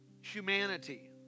humanity